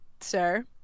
sir